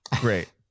great